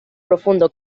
profundo